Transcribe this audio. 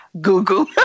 Google